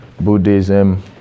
Buddhism